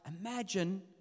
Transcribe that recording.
Imagine